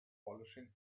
polishing